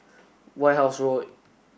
White House Road